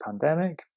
pandemic